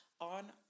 on